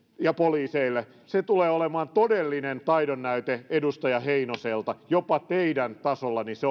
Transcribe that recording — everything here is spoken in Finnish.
ja poliiseille se tulee olemaan todellinen taidonnäyte edustaja heinoselta jopa teidän tasollanne se